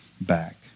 back